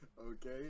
Okay